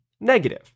negative